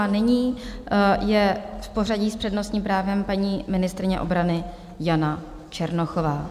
Nyní je v pořadí s přednostním právem paní ministryně obrany Jana Černochová.